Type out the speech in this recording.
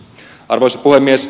arvoisa puhemies